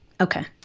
Okay